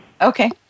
Okay